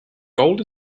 gold